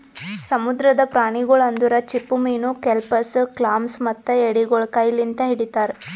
ಸಮುದ್ರದ ಪ್ರಾಣಿಗೊಳ್ ಅಂದುರ್ ಚಿಪ್ಪುಮೀನು, ಕೆಲ್ಪಸ್, ಕ್ಲಾಮ್ಸ್ ಮತ್ತ ಎಡಿಗೊಳ್ ಕೈ ಲಿಂತ್ ಹಿಡಿತಾರ್